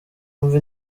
wumve